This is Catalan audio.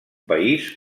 país